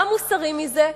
מה מוסרי מזה?